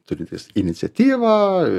turintis iniciatyvą